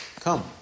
come